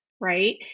right